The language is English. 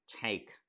take